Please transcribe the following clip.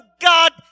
God